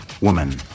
woman